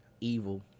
evil